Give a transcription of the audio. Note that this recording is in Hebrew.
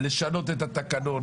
לשנות את התקנון,